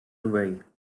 away